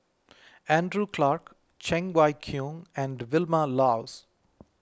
Andrew Clarke Cheng Wai Keung and Vilma Laus